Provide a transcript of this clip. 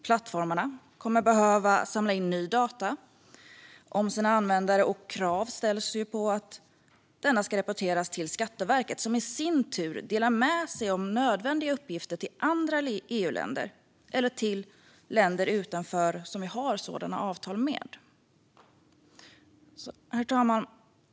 Plattformarna kommer att behöva samla in nya data om sina användare, och krav ställs på att dessa ska rapporteras till Skatteverket, som i sin tur delar med sig av nödvändiga uppgifter till andra EU-länder eller länder utanför EU som vi har sådana avtal med. Herr talman!